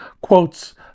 quotes